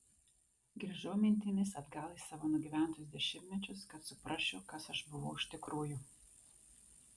grįžau mintimis atgal į savo nugyventus dešimtmečius kad suprasčiau kas aš buvau iš tikrųjų